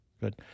good